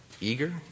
eager